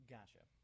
Gotcha